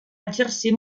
exercir